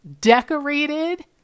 decorated